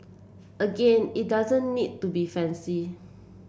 again it doesn't need to be fancy